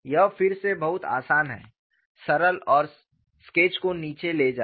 यह फिर से बहुत आसान है सरल और स्केच को नीचे ले जाएं